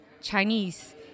Chinese